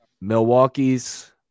Milwaukee's